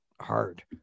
hard